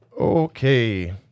Okay